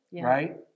Right